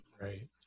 Right